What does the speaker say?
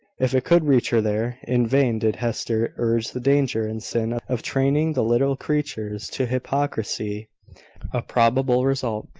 if it could reach her there. in vain did hester urge the danger and sin of training the little creatures to hypocrisy a probable result,